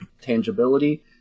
tangibility